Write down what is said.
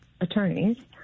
attorneys